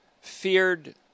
feared